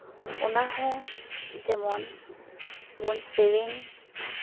ᱚᱱᱟᱦᱚᱸ ᱡᱮᱢᱚᱱ ᱵᱚᱱ ᱥᱮᱨᱮᱧ